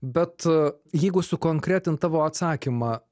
bet jeigu sukonkretint tavo atsakymą